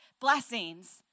blessings